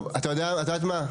טוב, את יודעת מה?